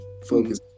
focus